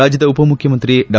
ರಾಜ್ಯದ ಉಪಮುಖ್ಯಮಂತ್ರಿ ಡಾ